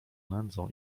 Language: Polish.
nędzą